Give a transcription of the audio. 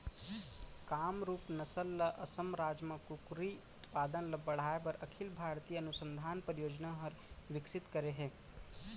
कामरूप नसल ल असम राज म कुकरी उत्पादन ल बढ़ाए बर अखिल भारतीय अनुसंधान परियोजना हर विकसित करे हे